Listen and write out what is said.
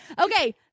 Okay